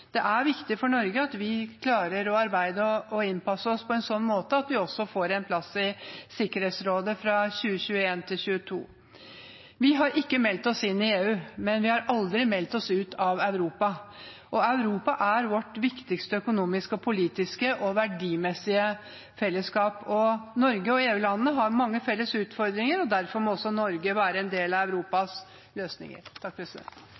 det er viktig for Norge at vi klarer å arbeide og innpasse oss på en sånn måte at vi også får en plass i Sikkerhetsrådet i perioden 2021–2022. Vi har ikke meldt oss inn i EU, men vi har aldri meldt oss ut av Europa, og Europa er vårt viktigste økonomiske, politiske og verdimessige fellesskap. Norge og EU-landene har mange felles utfordringer, og derfor må også Norge være en del av